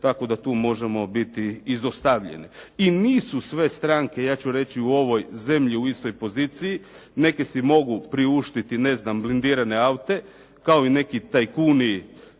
tako da tu možemo biti izostavljeni. I nisu sve stranke ja ću reći u ovoj zemlji u istoj poziciji neki si mogu priuštiti, ne znam, blindirane aute kao i neki tajkuni